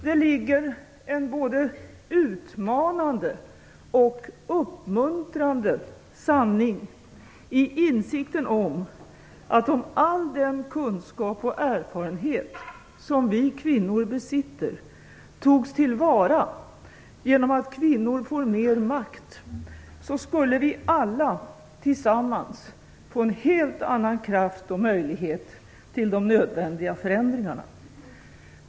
Det ligger en både utmanande och uppmuntrande sanning i insikten om att om all den kunskap och erfarenhet som vi kvinnor besitter togs till vara genom att kvinnor får mer makt, så skulle vi alla tillsammans få en helt annan kraft och möjlighet till de nödvändiga förändringarna.